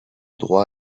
droit